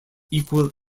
equal